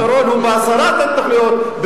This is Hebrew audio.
הפתרון הוא בהסרת ההתנחלויות,